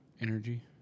energy